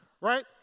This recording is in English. Right